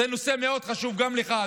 זה נושא מאוד חשוב גם לך,